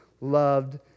loved